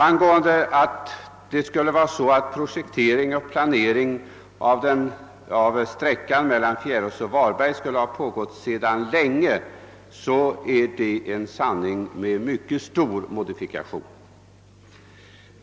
Påståendet att projektering och planering av sträckan Fjärås—Varberg skulle ha pågått sedan länge är en sanning med mycket stor modifikation.